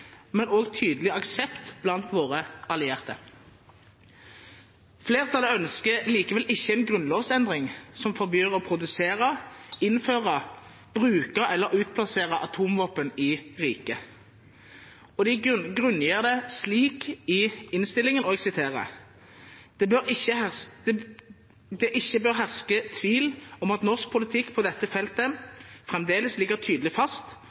men også tydelig aksept blant våre allierte. Flertallet ønsker likevel ikke en grunnlovsendring som forbyr å produsere, innføre, bruke eller utplassere atomvåpen i riket. De grunngir det slik i innstillingen: «det ikke bør herske tvil om at norsk politikk på dette feltet ligger tydelig fast,